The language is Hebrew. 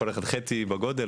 כל אחד חצי בגודל.